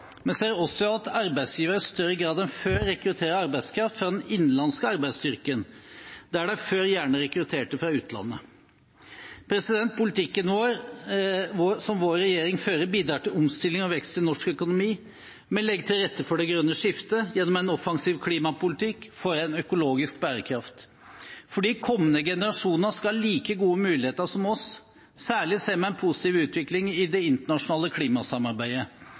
ser også at arbeidsgivere i større grad enn før rekrutterer arbeidskraft fra den innenlandske arbeidsstyrken, der de før gjerne rekrutterte fra utlandet. Politikken som vår regjering fører, bidrar til omstilling og vekst i norsk økonomi. Vi legger til rette for det grønne skiftet gjennom en offensiv klimapolitikk for en økologisk bærekraft, fordi kommende generasjoner skal ha like gode muligheter som oss. Særlig ser vi en positiv utvikling i det internasjonale klimasamarbeidet.